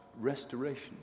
Restoration